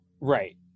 Right